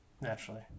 Naturally